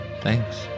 thanks